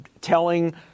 telling